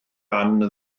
anne